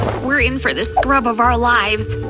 we're in for the scrub of our lives.